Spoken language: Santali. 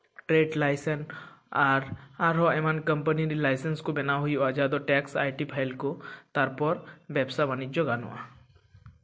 ᱴᱨᱮᱹᱰ ᱞᱟᱭᱥᱮᱱ ᱟᱨ ᱟᱨᱚ ᱮᱢᱟᱱ ᱠᱳᱢᱯᱟᱱᱤ ᱨᱮ ᱞᱟᱭᱥᱮᱱᱥ ᱠᱚ ᱵᱮᱱᱟᱣ ᱦᱩᱭᱩᱜᱼᱟ ᱡᱟᱦᱟᱸ ᱫᱚ ᱴᱮᱠᱥ ᱟᱭᱴᱤ ᱯᱷᱟᱭᱤᱞ ᱠᱚ ᱛᱟᱨᱯᱚᱨ ᱵᱮᱵᱽᱥᱟ ᱵᱟᱱᱤᱡᱽᱡᱚ ᱜᱟᱱᱚᱜᱼᱟ